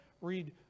read